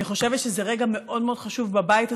אני חושבת שזה רגע מאוד מאוד חשוב בבית הזה,